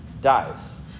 dies